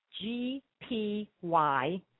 G-P-Y